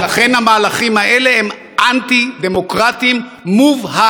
לכן, המהלכים האלה הם אנטי-דמוקרטיים מובהקים.